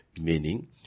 meaning